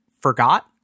forgot